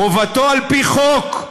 חובתו על-פי חוק.